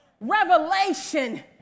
revelation